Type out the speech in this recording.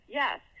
yes